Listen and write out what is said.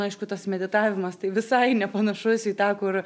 aišku tas meditavimas tai visai nepanašus į tą kur